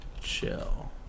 chill